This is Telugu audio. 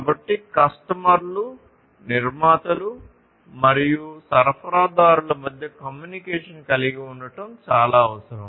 కాబట్టి కస్టమర్లు నిర్మాతలు మరియు సరఫరాదారుల మధ్య కమ్యూనికేషన్ కలిగి ఉండటం చాలా అవసరం